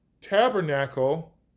tabernacle